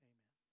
Amen